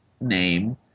name –